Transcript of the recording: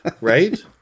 right